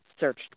searched